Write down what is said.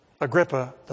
Agrippa